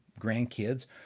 grandkids